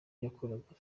yakoraga